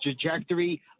trajectory